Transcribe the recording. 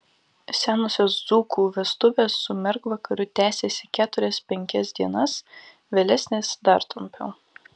senosios dzūkų vestuvės su mergvakariu tęsėsi keturias penkias dienas vėlesnės dar trumpiau